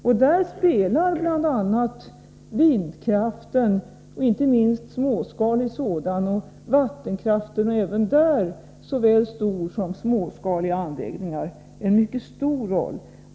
I det sammanhanget spelar bl.a. produktion av vindkraft, inte minst småskalig sådan, och av vattenkraft, från såväl storsom småskaliga anläggningar, en mycket stor roll.